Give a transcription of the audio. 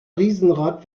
riesenrad